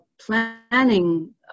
planning